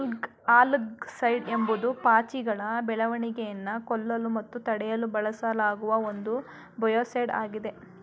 algaecide ಎಂಬುದು ಪಾಚಿಗಳ ಬೆಳವಣಿಗೆಯನ್ನು ಕೊಲ್ಲಲು ಮತ್ತು ತಡೆಯಲು ಬಳಸಲಾಗುವ ಒಂದು ಬಯೋಸೈಡ್ ಆಗಿದೆ